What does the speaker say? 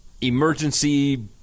emergency